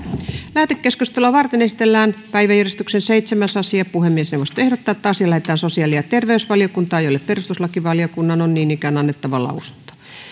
lähetekeskustelua varten esitellään päiväjärjestyksen seitsemäs asia puhemiesneuvosto ehdottaa että asia lähetetään sosiaali ja terveysvaliokuntaan jolle perustuslakivaliokunnan on annettava lausunto